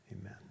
Amen